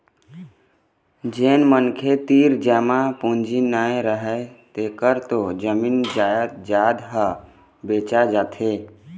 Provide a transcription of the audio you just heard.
जेन मनखे तीर जमा पूंजी नइ रहय तेखर तो जमीन जयजाद ह बेचा जाथे